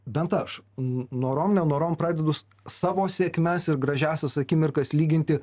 bent aš norom nenorom pradedu savo sėkmes ir gražiausias akimirkas lyginti